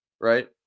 Right